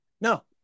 No